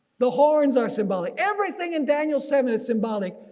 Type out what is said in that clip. the horns are symbolic. everything in daniel seven is symbolic.